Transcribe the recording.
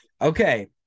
Okay